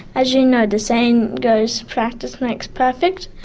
as you know, the saying goes practice makes perfect,